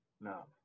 no